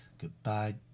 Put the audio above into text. Goodbye